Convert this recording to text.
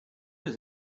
was